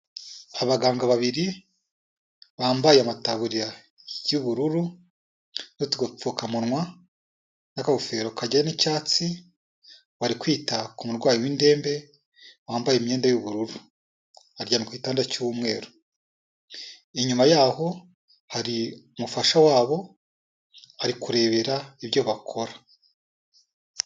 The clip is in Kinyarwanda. Abaganga babiri bambaye amataburiya y'ubururu n'udupfukamunwa n'akagofero kagera n'icyatsi bari kwita ku murwayi w'indembe wambaye imyenda y'ubururu aryamye ku gitanda cy'umweru. Inyuma yaho hari umufasha wabo ari kurebera ibyo bakora.